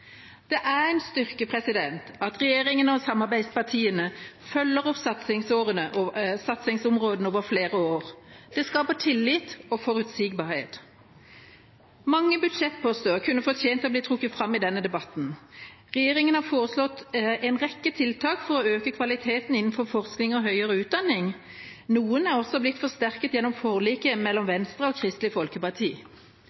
Det er en styrke at regjeringa og samarbeidspartiene følger opp satsingsområdene over flere år. Det skaper tillit og forutsigbarhet. Mange budsjettposter kunne fortjent å bli trukket fram i denne debatten. Regjeringa har foreslått en rekke tiltak for å øke kvaliteten innenfor forskning og høyere utdanning. Noen er også blitt forsterket gjennom forliket med Venstre og Kristelig Folkeparti.